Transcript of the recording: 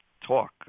talk